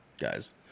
guys